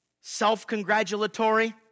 self-congratulatory